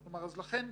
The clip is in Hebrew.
חבר הכנסת סעיד